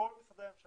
כל משרדי הממשלה,